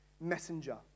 messenger